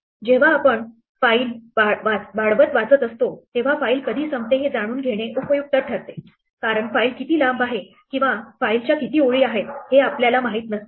जेव्हा आपण फाईल वाढवत वाचत असतो तेव्हा फाईल कधी संपते हे जाणून घेणे उपयुक्त ठरते कारण फाईल किती लांब आहे किंवा फाईलच्या किती ओळी आहेत हे आपल्याला माहित नसते